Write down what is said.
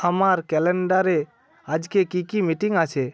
আমার ক্যালেন্ডারে আজকে কী কী মিটিং আছে